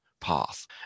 path